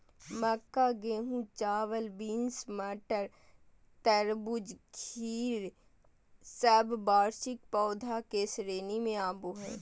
मक्का, गेहूं, चावल, बींस, मटर, तरबूज, खीर सब वार्षिक पौधा के श्रेणी मे आवो हय